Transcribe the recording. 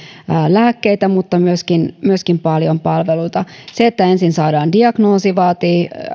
lääkkeitä mutta myöskin myöskin paljon palveluita se että ensin saadaan diagnoosi vaatii